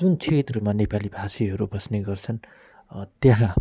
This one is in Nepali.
जुन क्षेत्रमा नेपालीभाषीहरू बस्ने गर्छन् त्यहाँ